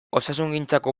osasungintzako